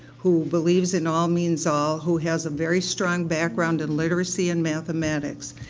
who believes in all means all, who has a very strong background in literacy and mathematics.